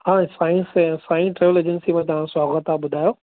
हा Sai travel agency अ में तव्हां जो स्वागतु आहे ॿुधायो